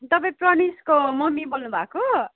तपाईँ प्रनिसको मम्मी बोल्नुभएको